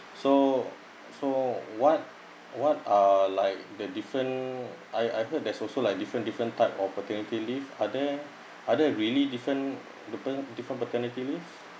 so so what what are like the different I I heard there's also like different different type of paternity leave but then are there really different different different paternity leave